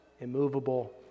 immovable